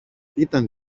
ήταν